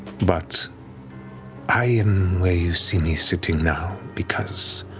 but i am where you see me sitting now because